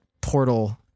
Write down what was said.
portal